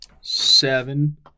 Seven